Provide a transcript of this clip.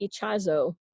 Ichazo